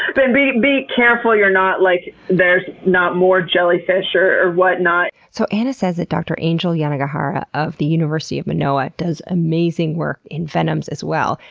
but and be be careful you're not like, there's not more jellyfish or what not. so anna says that dr. angel yanagihara of the university of manoa does amazing work in venoms as well,